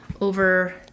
over